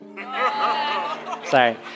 Sorry